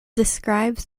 describes